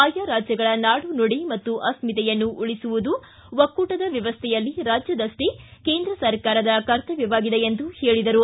ಆಯಾ ರಾಜ್ಯಗಳ ನಾಡು ನುಡಿ ಮತ್ತು ಅಸ್ಮಿತೆಯನ್ನು ಉಳಿಸುವುದು ಒಕ್ಕೂಟದ ವ್ಯವಸ್ಟೆಯಲ್ಲಿ ರಾಜ್ಯದಷ್ಟೆ ಕೇಂದ್ರ ಸರ್ಕಾರದ ಕರ್ತವ್ಯವಾಗಿದೆ ಎಂದು ಹೇಳಿದರು